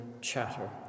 chatter